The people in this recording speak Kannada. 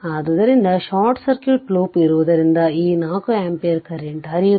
ಆದ್ದರಿಂದ ಶಾರ್ಟ್ ಸರ್ಕ್ಯೂಟ್ ಲೂಪ್ನಲ್ಲಿರುವುದರಿಂದ ಈ 4 ಆಂಪಿಯರ್ ಕರೆಂಟ್ ಹರಿಯುತ್ತದೆ